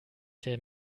der